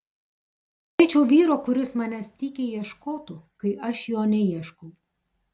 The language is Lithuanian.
norėčiau vyro kuris manęs tykiai ieškotų kai aš jo neieškau